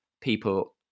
people